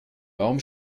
warum